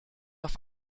auf